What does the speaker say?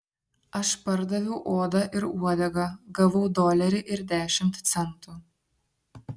aš pardaviau odą ir uodegą gavau dolerį ir dešimt centų